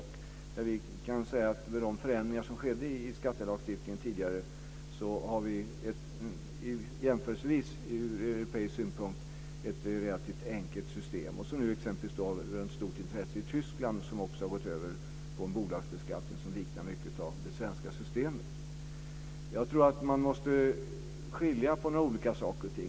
Med de förändrar som tidigare skedde i skattelagstiftningen har vi ett ur europeisk synpunkt relativt enkelt system. Det har nu rönt stort intresse i t.ex. Tyskland som också har gått över till en bolagsbeskattning som liknar det svenska systemet. Jag tror att man måste skilja på några olika saker.